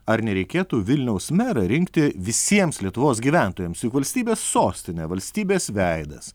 ar nereikėtų vilniaus merą rinkti visiems lietuvos gyventojams juk valstybės sostinė valstybės veidas